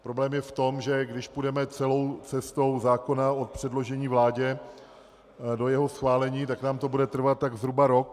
Problém je v tom, že když půjdeme celou cestou zákona od předložení vládě do jeho schválení, tak nám to bude trvat tak zhruba rok.